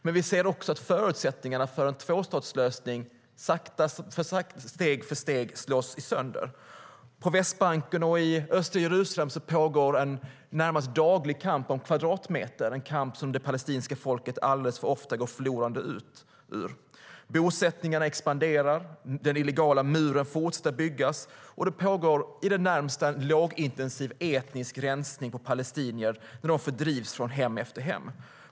Men vi ser också att förutsättningarna för en tvåstatslösning steg för steg slås sönder. På Västbanken och i östra Jerusalem pågår en närmast daglig kamp om kvadratmeter, en kamp som det palestinska folket alldeles för ofta går förlorande ur. Bosättningarna expanderar. Den illegala muren fortsätter att byggas. Det pågår i det närmaste en lågintensivt etnisk rensning på palestinier där de fördrivs från hem efter hem.